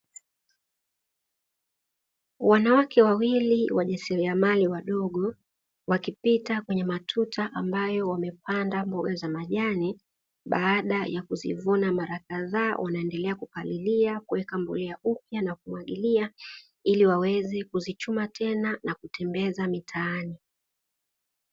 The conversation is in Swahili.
Wanawake wawili wajasiriamali wadogo wakipita kwenye matuta ambayo wamepanda mboga za majani, baada ya kuzivuna mara kadhaa, wanaendelea kupalilia, kuweka mbolea upya na kumwagilia ili waweze kuzichuma tena na kutembeza mitaani.